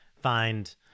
find